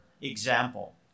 example